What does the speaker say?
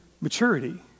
maturity